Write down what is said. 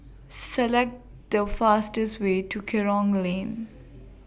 Select The fastest Way to Kerong Lane